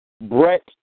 Brett